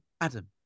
Adam